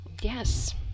Yes